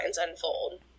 unfold